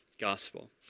gospel